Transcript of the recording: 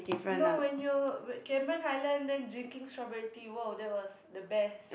no when you are at Cameron-Highland then drinking strawberry tea !woah! that was the best